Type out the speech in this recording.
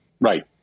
Right